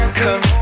come